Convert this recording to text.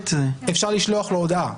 אפשר לשלוח לו הודעה.